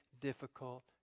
difficult